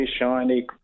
shiny